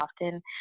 often